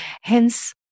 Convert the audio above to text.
hence